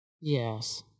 yes